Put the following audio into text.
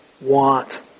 want